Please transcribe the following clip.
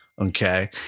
Okay